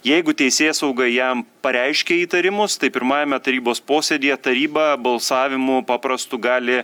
jeigu teisėsauga jam pareiškia įtarimus tai pirmajame tarybos posėdyje taryba balsavimu paprastu gali